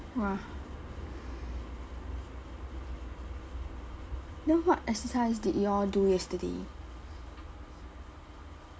!wah! then what exercise did you all do yesterday